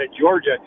Georgia